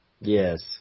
Yes